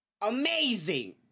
amazing